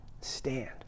stand